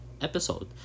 episode